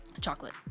Chocolate